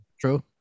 True